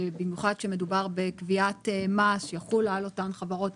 במיוחד כאשר מדובר בקביעת מס שיחולו על אותן חברות,